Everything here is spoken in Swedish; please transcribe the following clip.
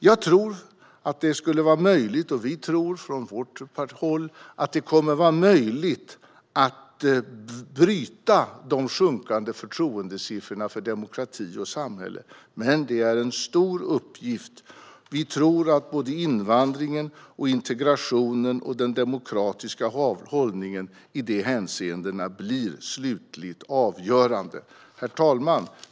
Jag tror, och vi tror från vårt partis håll, att det kommer att vara möjligt att bryta de sjunkande förtroendesiffrorna för demokrati och samhälle. Men det är en stor uppgift. Vi tror att både invandringen och integrationen och den demokratiska hållningen i de hänseendena blir slutligt avgörande. Herr talman!